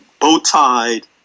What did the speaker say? bow-tied